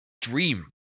dream